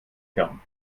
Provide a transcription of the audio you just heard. hirn